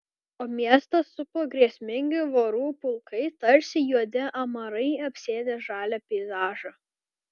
o miestą supo grėsmingi vorų pulkai tarsi juodi amarai apsėdę žalią peizažą